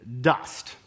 dust